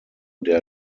der